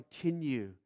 continue